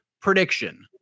prediction